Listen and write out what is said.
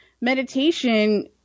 meditation